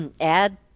add